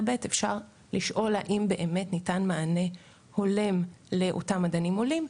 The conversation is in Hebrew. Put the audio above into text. ב' אפשר לשאול האם באמת ניתן מענה הולם לאותם מדענים עולים?